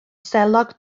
selog